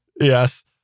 Yes